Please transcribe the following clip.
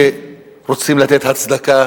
שרוצים לתת הצדקה